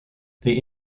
the